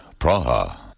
Praha